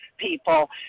people